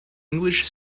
english